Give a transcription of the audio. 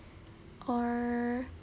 or